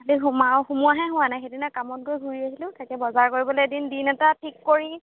তাতে সোমাও সোমোৱাহে হোৱা নাই সেইদিনা কামত গৈ ঘূৰি আহছিলোঁ তাকে বজাৰ কৰিবলৈ দিন দিন এটা ঠিক কৰি